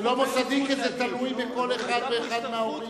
זה לא מוסדי, כי זה תלוי בכל אחד ואחד מההורים.